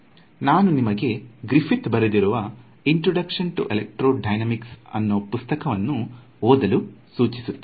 ನಾನು ನಿಮಗೆ ಗ್ರೀಫಿತ್ ಬರೆದಿರುವ ಇಂಟ್ರೊಡುಕ್ಷನ್ ಟು ಎಲೆಕ್ಟ್ರಾಡೈನಾಮಿಕ್ಸ್ ಅನ್ನೂ ಪುಸ್ತಕವನ್ನು ಓದಲು ಸೂಚಿಸುತ್ತೇನೆ